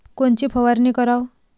कोनची फवारणी कराव?